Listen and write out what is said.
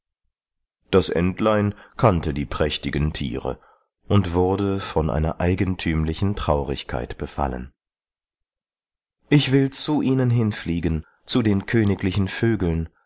das entlein kannte die prächtigen tiere und wurde von einer eigentümlichen traurigkeit befallen ich will zu ihnen hinfliegen zu den königlichen vögeln